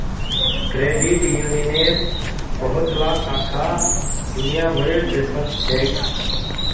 credit यूनियनेर बहुतला शाखा दुनिया भरेर देशत छेक